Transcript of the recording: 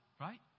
Right